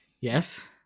Yes